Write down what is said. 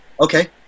Okay